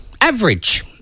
Average